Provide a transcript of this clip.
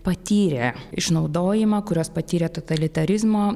patyrė išnaudojimą kurios patyrė totalitarizmo